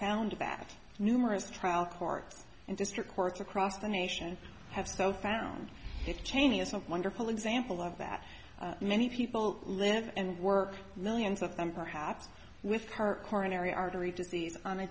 found that numerous trial courts and district courts across the nation have so found that cheney is a wonderful example of that many people live and work millions of them perhaps with her coronary artery disease on a